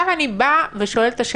אני שואלת: